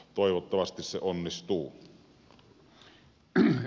toivottavasti se onnistuu